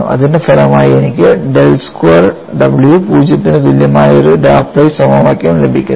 അതിന്റെ ഫലമായി എനിക്ക് del സ്ക്വയർ w 0 ന് തുല്യമായ ഒരു ലാപ്ലേസ് സമവാക്യം ലഭിക്കുന്നു